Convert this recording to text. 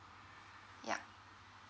ya